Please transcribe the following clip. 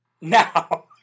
Now